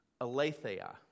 aletheia